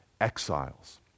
exiles